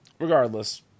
Regardless